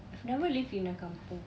I've never lived in a kampung